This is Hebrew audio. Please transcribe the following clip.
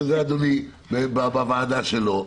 זה אתה אדוני בוועדה שלו.